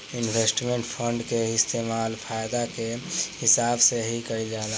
investment fund के इस्तेमाल फायदा के हिसाब से ही कईल जाला